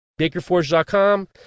Bakerforge.com